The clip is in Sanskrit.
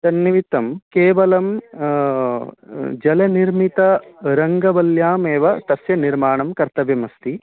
तन्निमित्तं केवलं जलनिर्मित रङ्गवल्ल्यामेव तस्य निर्माणं कर्तव्यमस्ति